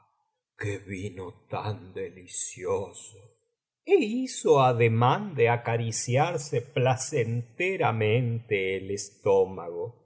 qué vino tan delicioso e hizo ademán de acariciarse placenteramente el estómago